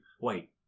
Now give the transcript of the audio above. Wait